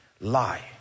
lie